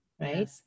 Right